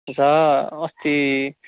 अस्ति